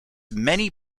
many